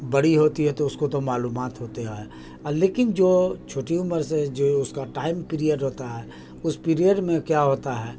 بڑی ہوتی ہے تو اس کو تو معلومات ہوتے ہے اور لیکن جو چھوٹی عمر سے جو اس کا ٹائم پیریڈ ہوتا ہے اس پیریڈ میں کیا ہوتا ہے